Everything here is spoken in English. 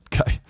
Okay